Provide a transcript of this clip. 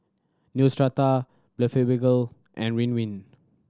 Neostrata Blephagel and Ridwind